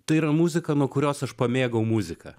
tai yra muzika nuo kurios aš pamėgau muziką